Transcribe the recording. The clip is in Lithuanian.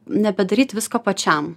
nebedaryt visko pačiam